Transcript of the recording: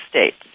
States